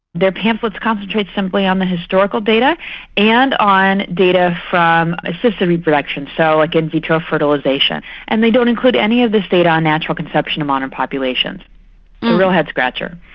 their pamphlets concentrate simply on the historical data and on data from assisted reproduction, so like in vitro fertilisation, and they don't include any of this data on natural conception in modern populations. a real head-scratcher.